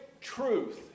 truth